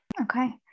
Okay